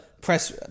press